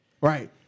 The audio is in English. Right